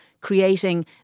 creating